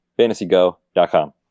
fantasygo.com